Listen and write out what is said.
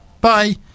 bye